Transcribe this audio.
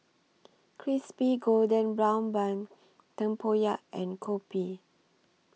Crispy Golden Brown Bun Tempoyak and Kopi